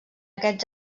aquest